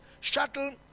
shuttle